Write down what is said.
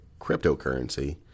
cryptocurrency